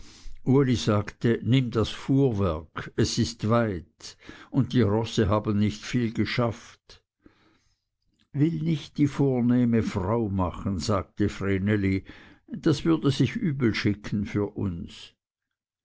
uli sagte nimm das fuhrwerk es ist weit und die rosse haben nicht viel geschafft will nicht die vornehme frau machen sagte vreneli das würde sich übel schicken für uns